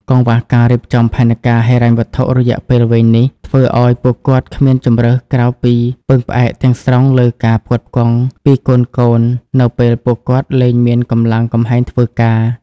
កង្វះការរៀបចំផែនការហិរញ្ញវត្ថុរយៈពេលវែងនេះ ធ្វើឱ្យពួកគាត់គ្មានជម្រើសក្រៅពីពឹងផ្អែកទាំងស្រុងលើការផ្គត់ផ្គង់ពីកូនៗនៅពេលពួកគាត់លែងមានកម្លាំងកំហែងធ្វើការ។